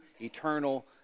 eternal